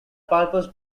purpose